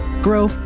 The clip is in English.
Grow